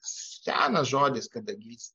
senas žodis kadagys